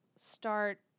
start